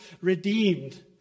redeemed